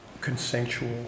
consensual